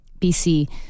BC